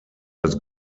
das